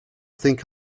think